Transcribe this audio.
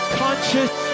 conscious